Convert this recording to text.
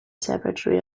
savagery